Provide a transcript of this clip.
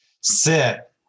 sit